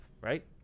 right